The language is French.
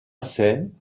seine